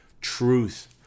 truth